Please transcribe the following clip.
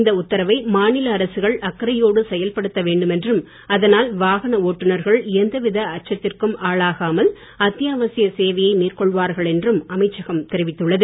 இந்த உத்தரவை மாநில அரசுகள் அக்கறையோடு செயல்படுத்த வேண்டும் என்றும் அதனால் வாகன ஓட்டுனர்கள் எந்தவித அச்சத்திற்கும் ஆளாகாமல் அத்தியாவசிய சேவையை மேற்கொள்வார்கள் என்றும் அமைச்சகம் தெரிவித்துள்ளது